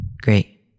Great